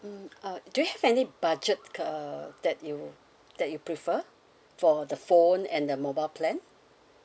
mm uh do you have any budget uh that you that you prefer for the phone and the mobile plan